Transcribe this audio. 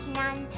none